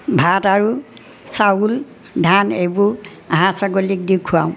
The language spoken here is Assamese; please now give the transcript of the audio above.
ভাত আৰু চাউল ধান এইবোৰ হাঁহ ছাগলীক দি খুৱাওঁ